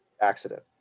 accident